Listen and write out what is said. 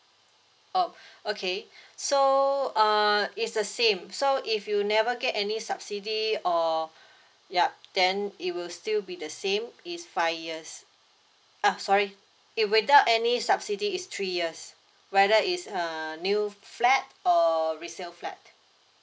oh okay so uh it's the same so if you never get any subsidy or yup then it will still be the same is five yes ah sorry if without any subsidy is three years whether is err new flat or resale flat